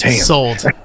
sold